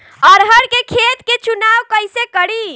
अरहर के खेत के चुनाव कईसे करी?